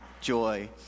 joy